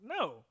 no